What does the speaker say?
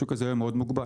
השוק הזה היה מאוד מוגבל.